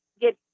get